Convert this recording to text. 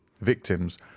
victims